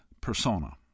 persona